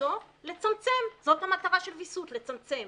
זאת אומרת שהחקלאים